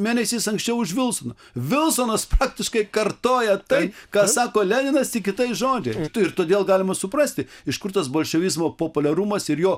mėnesiais anksčiau už vilsoną vilsonas praktiškai kartoja tai ką sako leninas tik kitais žodžiais ir todėl galima suprasti iš kur tas bolševizmo populiarumas ir jo